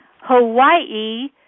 Hawaii